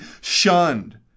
shunned